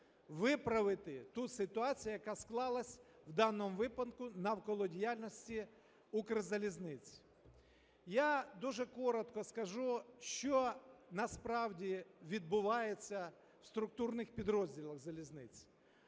виправити ту ситуацію, яка склалась в даному випадку навколо діяльності Укрзалізниці. Я дуже коротко скажу, що насправді відбувається в структурних підрозділах залізниці.